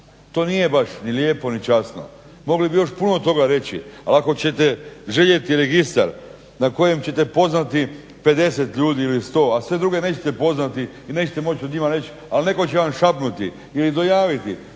To nije baš ni lijepo, ni časno. Mogli bi još puno toga reći. Ali ako ćete željeti registar na kojem ćete poznati 50 ljudi ili 100, a sve druge nećete poznati i nećete moći o njima reć, ali netko će vam šapnuti i li dojaviti